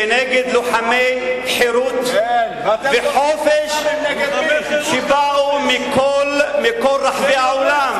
כנגד לוחמי חירות וחופש שבאו מכל רחבי העולם,